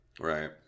Right